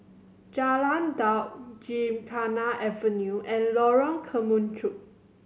Jalan Daud Gymkhana Avenue and Lorong Kemunchup